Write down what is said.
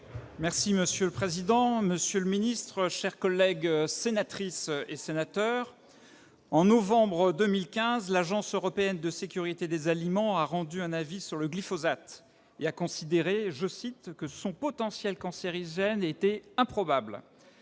Monsieur le président, monsieur le ministre, chers collègues sénatrices et sénateurs, en novembre 2015, l'Agence européenne de sécurité des aliments a rendu un avis sur le glyphosate et considéré que « son potentiel cancérigène était improbable